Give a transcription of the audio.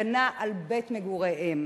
הגנה על זכות מגוריהם.